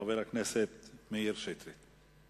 חבר הכנסת מאיר שטרית.